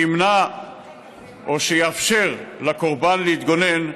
שימנע או שיאפשר לקורבן להתגונן,